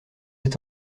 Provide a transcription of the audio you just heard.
êtes